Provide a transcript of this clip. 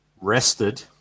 Rested